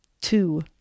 two